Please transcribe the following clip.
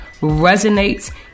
resonates